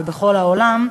ובכל העולם,